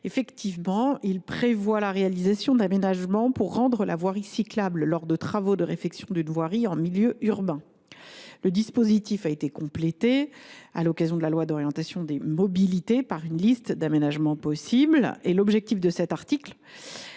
prévoit en effet la réalisation d’aménagements pour rendre la voirie cyclable lors de travaux de réfection d’une voirie en milieu urbain. Le dispositif a été complété par la loi d’orientation des mobilités qui décline une liste d’aménagements possibles. L’objectif de cet article